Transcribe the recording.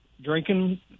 drinking